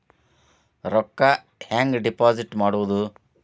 ರೊಕ್ಕ ಹೆಂಗೆ ಡಿಪಾಸಿಟ್ ಮಾಡುವುದು?